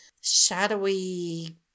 shadowy